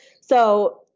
So-